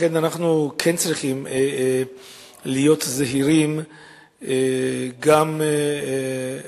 לכן אנחנו צריכים להיות זהירים גם